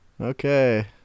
Okay